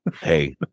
Hey